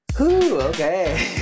okay